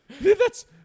That's-